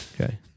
Okay